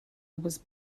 was